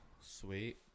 Sweet